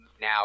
now